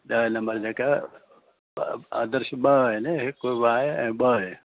ॾह नम्बर जेका ॿ आदर्श ॿ आहे हिकु आहे ऐं ॿ आहे